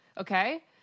okay